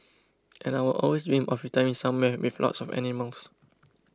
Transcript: and I'd always dreamed of retiring somewhere with lots of animals